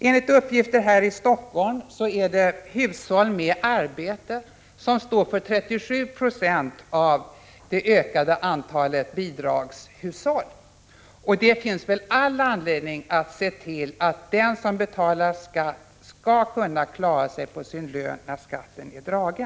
Enligt uppgifter beträffande Helsingfors står hushåll med arbete för 37 26 av ökningen av antalet bidragshushåll. Det finns väl all anledning att se till att den som betalar skatt skall kunna klara sig på sin lön när skatten är dragen.